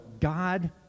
God